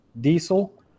diesel